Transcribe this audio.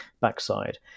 backside